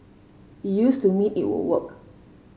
it used to mean it would work